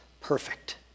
perfect